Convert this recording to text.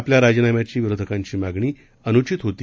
आपल्या राजीनाम्याची विरोधकांची मागणी अनुचित होती